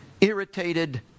irritated